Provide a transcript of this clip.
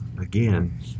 again